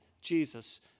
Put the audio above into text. Jesus